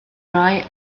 rhai